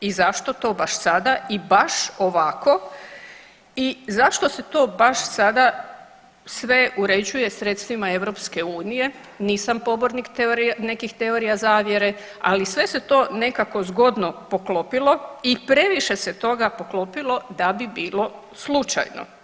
i zašto to baš sada i baš ovako i zašto se to baš sada sve uređuje sredstvima EU, nisam pobornik nekih teorija zavjera, ali sve se to nekako zgodno poklopilo i previše se toga poklopilo da bi bilo slučajno.